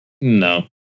No